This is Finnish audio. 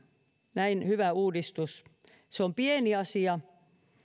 näin hyvä uudistus se on pieni asia